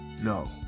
No